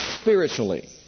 spiritually